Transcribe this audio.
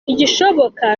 igishoboka